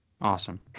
Awesome